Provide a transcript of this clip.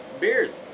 Beers